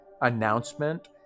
announcement